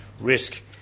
risk